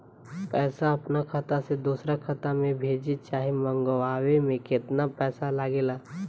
पैसा अपना खाता से दोसरा खाता मे भेजे चाहे मंगवावे में केतना पैसा लागेला?